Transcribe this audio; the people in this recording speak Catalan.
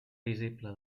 visible